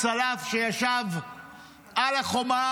צלף שישב על החומה,